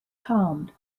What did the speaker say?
calmed